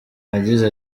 yagize